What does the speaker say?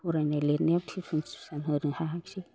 फरायनाय लिरनायाव टिउसन थिउसान होनो हायाखैसै